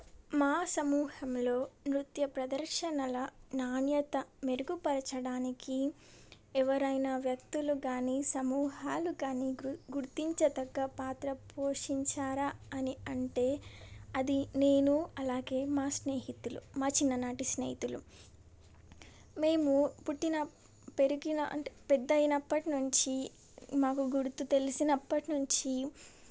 మా సమూహంలో నృత్య ప్రదర్శనల నాణ్యత మెరుగుపరచడానికి ఎవరైనా వ్యక్తులు కానీ సమూహాలు కానీ గుర్తించతగ్గ పాత్ర పోషించారా అని అంటే అది నేను అలాగే మా స్నేహితులు మా చిన్ననాటి స్నేహితులు మేము పుట్టిన పెరిగిన అంటే పెద్ద అయినప్పటి నుంచి మాకు గుర్తు తెలిసినప్పటి నుంచి